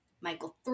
Michael